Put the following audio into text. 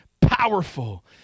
powerful